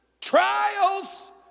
trials